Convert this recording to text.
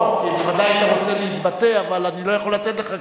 כי בוודאי היית רוצה להתבטא אבל אני לא יכול לתת לך,